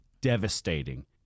devastating